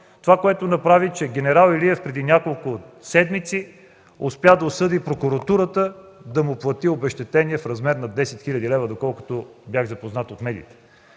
Това, което се направи, е че ген. Илиев преди няколко седмици успя да осъди Прокуратурата, да му плати обезщетение в размер на 10 хил. лв., доколкото бях запознат от медиите.